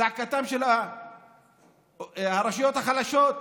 זעקתן של הרשויות החלשות.